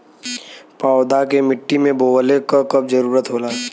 पौधा के मिट्टी में बोवले क कब जरूरत होला